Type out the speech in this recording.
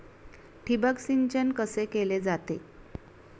ठिबक सिंचन कसे केले जाते?